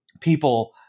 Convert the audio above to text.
people